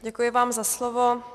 Děkuji vám za slovo.